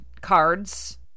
cards